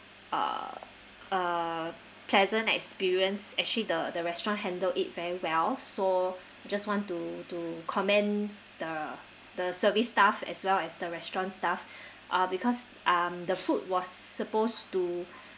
uh uh pleasant experience actually the the restaurant handled it very well so just want to to comment the the service staff as well as the restaurant staff uh because um the food was supposed to